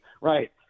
Right